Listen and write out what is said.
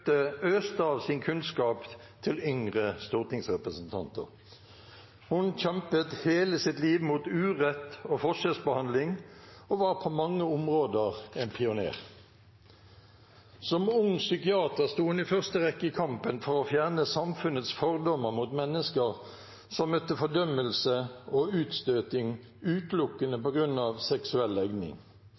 øste av sin kunnskap til yngre stortingsrepresentanter. Hun kjempet hele sitt liv mot urett og forskjellsbehandling og var på mange områder en pioner. Som ung psykiater sto hun i første rekke i kampen for å fjerne samfunnets fordommer mot mennesker som møtte fordømmelse og utstøting utelukkende på grunn av seksuell legning.